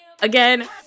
again